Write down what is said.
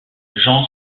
jean